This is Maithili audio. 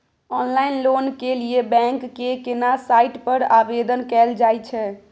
ऑनलाइन लोन के लिए बैंक के केना साइट पर आवेदन कैल जाए छै?